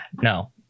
no